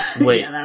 wait